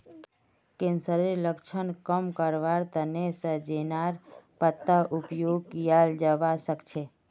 कैंसरेर लक्षणक कम करवार तने सजेनार पत्तार उपयोग कियाल जवा सक्छे